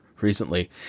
recently